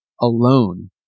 Alone